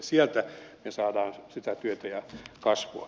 sieltä me saamme sitä työtä ja kasvua